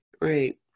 right